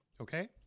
Okay